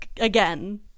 again